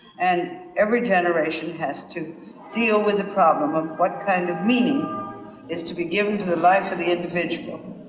and every generation has to deal with the problem of what kind of meaning is to be given to the life of the individual